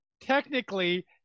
technically